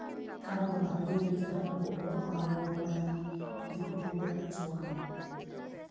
ᱠᱟᱨᱚᱱ ᱫᱚ ᱞᱟᱦᱟ ᱨᱮᱜᱤᱧ ᱞᱟᱹᱭ ᱠᱟᱫᱟ ᱟᱵᱚ ᱚᱞᱚᱜ ᱯᱟᱲᱦᱟᱜ ᱵᱟᱵᱚᱱ ᱵᱟᱲᱟᱭᱟ ᱫᱤᱠᱩ ᱴᱷᱮᱱᱵᱚᱱ ᱮᱲᱮ ᱦᱚᱪᱚ ᱟᱠᱟᱱᱟ